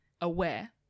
aware